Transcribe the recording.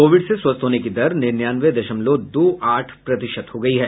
Covid से स्वस्थ होने की दर निन्यानवे दशमलव दो आठ प्रतिशत हो गयी है